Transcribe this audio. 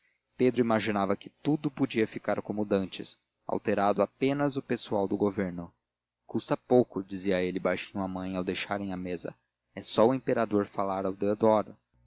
pedro imaginava que tudo podia ficar como dantes alterado apenas o pessoal do governo custa pouco dizia ele baixinho à mãe ao deixarem a mesa é só o imperador falar ao deodoro